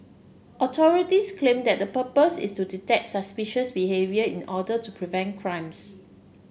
authorities claim that the purpose is to detect suspicious behaviour in order to prevent crimes